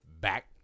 back